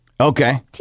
Okay